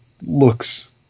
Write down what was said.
looks